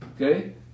Okay